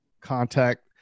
contact